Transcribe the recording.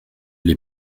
les